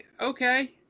okay